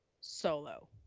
Solo